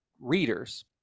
readers